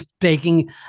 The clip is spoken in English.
taking